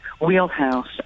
wheelhouse